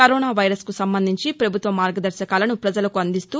corona virus కు సంబంధించి ప్రభుత్వ మార్గదర్శకాలను ప్రజలకు అందిస్తూ